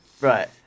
Right